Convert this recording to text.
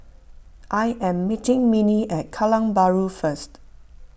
I am meeting Minnie at Kallang Bahru first